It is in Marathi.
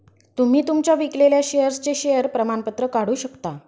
तुम्ही तुमच्या विकलेल्या शेअर्सचे शेअर प्रमाणपत्र काढू शकता